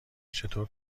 چطور